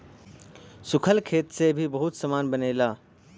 सूखल घास से भी बहुते सामान बनेला